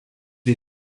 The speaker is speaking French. des